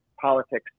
politics